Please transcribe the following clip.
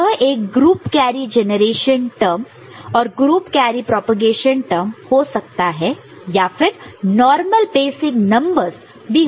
तो यह एक ग्रुप कैरी जनरेशन टर्म और ग्रुप कैरी प्रोपेगेशन टर्म हो सकता है या फिर नॉर्मल बेसिक नंबरस भी हो सकता है